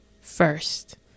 first